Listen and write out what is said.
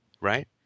Right